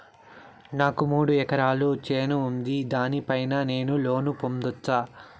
నాకు మూడు ఎకరాలు చేను ఉంది, దాని పైన నేను లోను పొందొచ్చా?